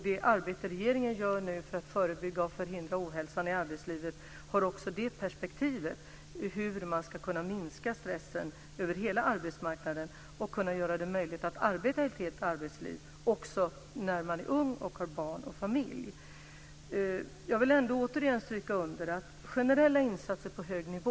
Det arbete som regeringen nu gör för att förebygga och förhindra ohälsan i arbetslivet har också det perspektivet, hur man ska kunna minska stressen över hela arbetsmarknaden och göra det möjligt för människor att arbeta ett helt arbetsliv, också då de är unga och har barn och familj. Jag vill återigen stryka under att det handlar om generella insatser på hög nivå.